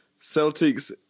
celtics